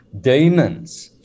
demons